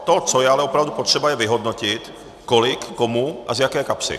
To, co je ale opravdu potřeba, je vyhodnotit, kolik komu a z jaké kapsy.